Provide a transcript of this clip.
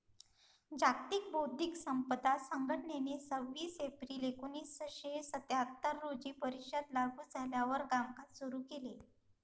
जागतिक बौद्धिक संपदा संघटनेने सव्वीस एप्रिल एकोणीसशे सत्याहत्तर रोजी परिषद लागू झाल्यावर कामकाज सुरू केले